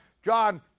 John